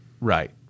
Right